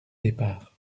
départ